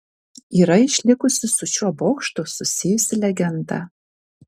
yra išlikusi su šiuo bokštu susijusi legenda